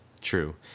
True